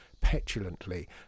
petulantly